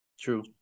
True